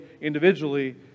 individually